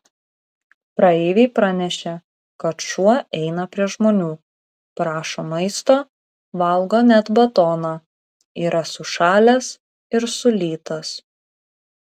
praeiviai pranešė kad šuo eina prie žmonių prašo maisto valgo net batoną yra sušalęs ir sulytas